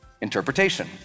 interpretation